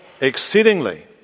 exceedingly